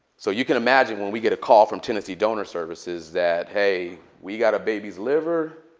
so you can imagine when we get a call from tennessee donor services that, hey, we got a baby's liver.